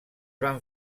van